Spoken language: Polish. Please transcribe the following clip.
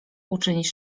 uczynić